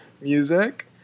music